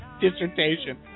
Dissertation